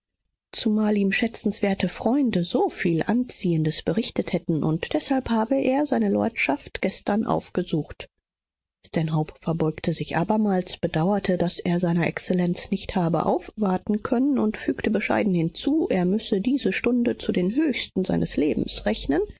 zumal ihm schätzenswerte freunde so viel anziehendes berichtet hätten deshalb habe er seine lordschaft gestern aufgesucht stanhope verbeugte sich abermals bedauerte daß er seiner exzellenz nicht habe aufwarten können und fügte bescheiden hinzu er müsse diese stunde zu den höchsten seines lebens rechnen